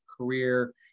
career